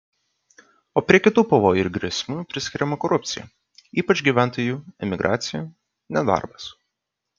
o prie kitų pavojų ir grėsmių priskiriama korupcija ypač gyventojų emigracija nedarbas